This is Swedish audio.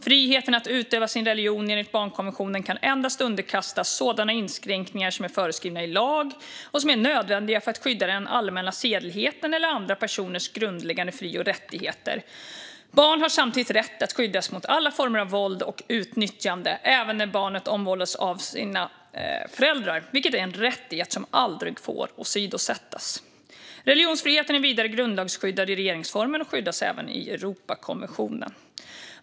Friheten att utöva sin religion enligt barnkonventionen kan endast underkastas sådana inskränkningar som är föreskrivna i lag och som är nödvändiga för att skydda den allmänna sedligheten eller andra personers grundläggande fri och rättigheter. Barn har samtidigt rätt att skyddas mot alla former av våld och utnyttjande, även när barnet omvårdas av sina föräldrar, vilket är en rättighet som aldrig får åsidosättas. Religionsfriheten är vidare grundlagsskyddad i regeringsformen och skyddas även i Europakonventionen.